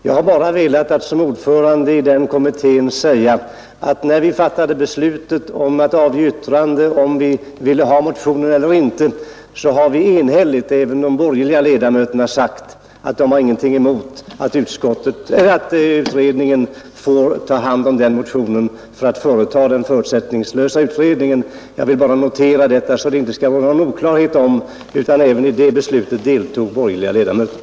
Som ordförande i den kommittén har jag bara velat säga att när vi fattade beslutet att avge yttrande om vi ville ha motionen eller inte, sade vi enhälligt — även de borgerliga ledamöterna — att vi inte har någonting emot att kommittén får ta hand om den motionen för att göra den förutsättningslösa utredningen. Jag vill bara notera detta så att det inte skall råda någon oklarhet om att även borgerliga ledamöter deltog i det beslutet.